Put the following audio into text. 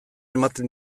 ematen